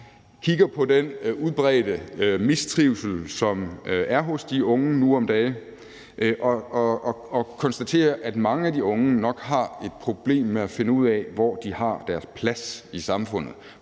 kigger på den udbredte mistrivsel, som er hos de unge nu om dage, og konstaterer, at mange af de unge nok har et problem med at finde ud af, hvor de har deres plads i samfundet.